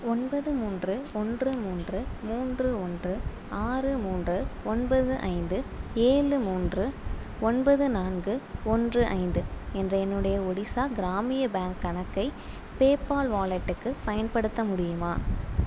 ஒன்பது மூன்று ஒன்று மூன்று மூன்று ஒன்று ஆறு மூன்று ஒன்பது ஐந்து ஏழு மூன்று ஒன்பது நான்கு ஒன்று ஐந்து என்ற என்னுடைய ஒடிசா கிராமிய பேங்க் கணக்கை பேப்பால் வாலெட்டுக்கு பயன்படுத்த முடியுமா